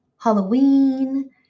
Halloween